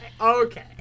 Okay